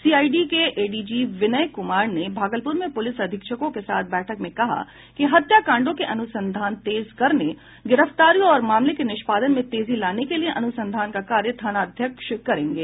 CID के ADG Vinay Kumar ने भागलपुर में पुलिस अधीक्षकों के साथ बैठक में कहा कि हत्याकांडों के अनुसंधान तेज करने गिरफ्तारी और मामले के निष्पादन में तेजी लाने के लिए अनुसंधान का कार्य थानाध्यक्ष करेंगे